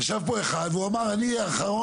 ישב פה אחד ואמר שהוא האחרון,